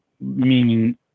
meaning